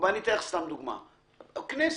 אתן דוגמה את הכנסת.